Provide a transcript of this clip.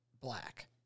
black